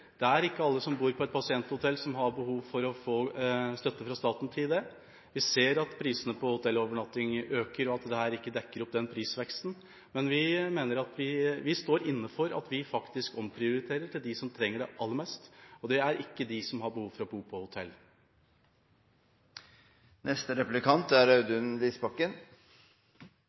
Det er ikke alle som bor på et pasienthotell, som har behov for å få støtte fra staten til det. Vi ser at prisene på hotellovernatting øker, og at dette ikke dekkes opp av prisveksten, men vi står inne for at vi faktisk omprioriterer til dem som trenger det aller mest, og det er ikke de som har behov for å bo på